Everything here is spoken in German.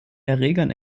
erregern